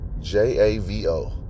J-A-V-O